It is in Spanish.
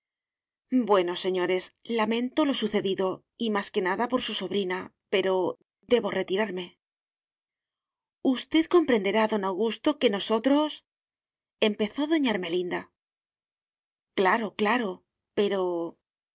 bueno señores lamento lo sucedido y más que nada por su sobrina pero debo retirarme usted comprenderá don augusto que nosotros empezó doña ermelinda claro claro pero